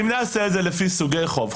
ואם נעשה את זה לפי סוגי חוב,